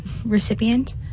Recipient